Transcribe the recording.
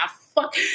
fuck